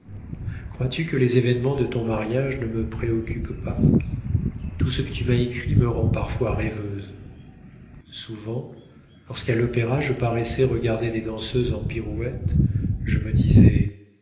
crois-tu que les événements de ton mariage ne me préoccupent pas tout ce que tu m'as écrit me rend parfois rêveuse souvent lorsqu'à l'opéra je paraissais regarder des danseuses en pirouette je me disais